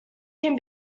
can